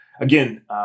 again